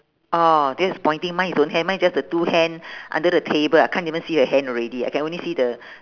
oh this is pointing mine is don't have mine is just two hand under the table I can't even see the hand already I can only see the